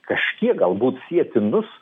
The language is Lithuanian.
kažkiek galbūt sietinus